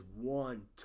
one